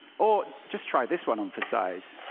or just try this one on for size.